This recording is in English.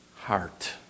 heart